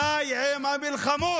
די עם המלחמות,